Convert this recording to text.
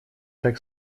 так